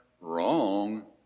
Wrong